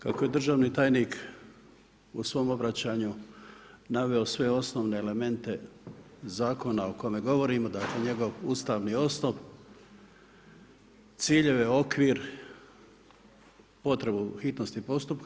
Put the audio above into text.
Kako je državni tajnik u svom obraćanju naveo sve osnovne elemente zakona o kome govorimo, dakle njegov ustavni osnov, ciljeve, okvir, potrebu hitnosti postupka.